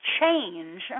change